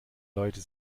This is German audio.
leute